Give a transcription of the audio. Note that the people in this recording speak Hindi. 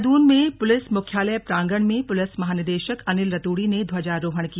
देहरादून में पुलिस मुख्यालय प्रांगण में पुलिस महानिदेशक अनिल रतूड़ी ने ध्वजारोहण किया